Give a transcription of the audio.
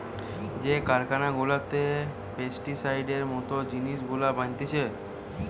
যে কারখানা গুলাতে পেস্টিসাইডের মত জিনিস গুলা বানাতিছে